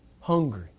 hungry